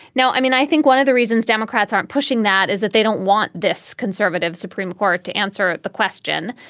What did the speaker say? now, i mean, i think one of the reasons democrats aren't pushing that is that they don't want this conservative supreme court to answer the question.